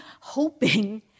hoping